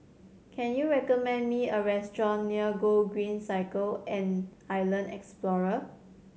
can you recommend me a restaurant near Gogreen Cycle and Island Explorer